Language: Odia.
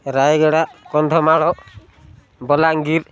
ରାୟଗଡ଼ା କନ୍ଧମାଳ ବଲାଙ୍ଗୀର